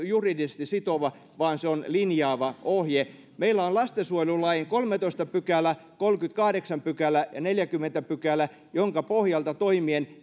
juridisesti sitova vaan se on linjaava ohje meillä on lastensuojelulain kolmastoista pykälä kolmaskymmeneskahdeksas pykälä ja neljäskymmenes pykälä joiden pohjalta toimien